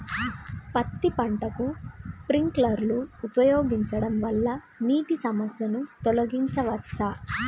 పత్తి పంటకు స్ప్రింక్లర్లు ఉపయోగించడం వల్ల నీటి సమస్యను తొలగించవచ్చా?